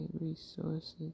resources